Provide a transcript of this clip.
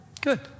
good